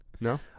No